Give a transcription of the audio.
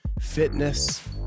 fitness